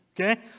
Okay